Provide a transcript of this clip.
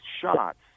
shots